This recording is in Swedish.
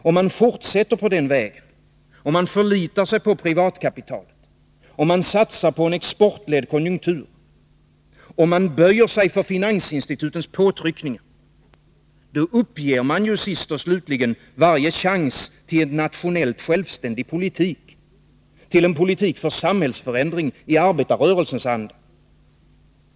Om man fortsätter på den vägen, om man förlitar sig på privatkapitalet, om man satsar på en exportledd konjunktur, om man böjer sig för finansinstitutens påtryckningar, då uppger man till sist varje chans till en nationellt självständig politik, till en politik för samhällsförändring i arbetarrörelsens anda.